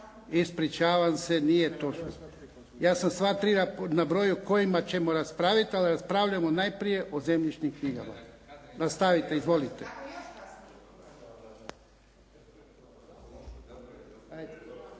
Ispričavam se. Nije točno. Ja sam sva tri nabrojio kojima ćemo raspraviti, ali raspravljamo najprije o zemljišnim knjigama. Nastavite, izvolite.